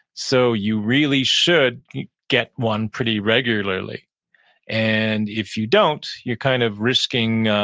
so you really should get one pretty regularly and if you don't you're kind of risking